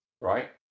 right